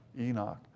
Enoch